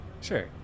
Sure